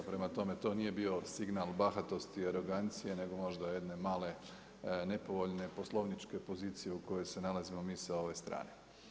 Prema tome, to nije bio signal bahatosti i arogancije nego možda jedne male nepovoljne poslovničke pozicije u kojoj se nalazimo mi sa ove strane.